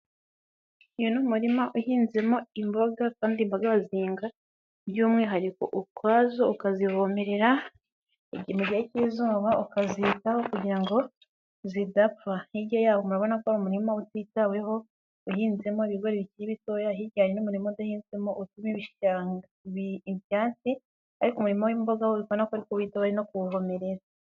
Uyo ni umurima uhinzemo imboga kandi imboga zihingwa by'umwihariko ukwazo, ukazivomerera, mu gihe cy'izuba ukazitaho kugira ngo zidapfa. Hirya urabona ko umurima utitaweho uhinzemo ibigo biyikiri bitoya hijyanye n'umurima udahetsemo utu ibigavyanti ariko umurimo w'imboga bibona ko ari witorewe no kuwuvmererera.